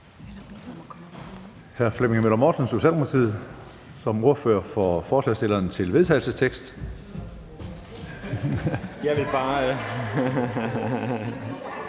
Jeg vil bare